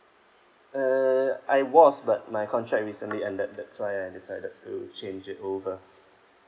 err I was but my contract recently ended that's why I decided to change it over